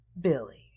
Billy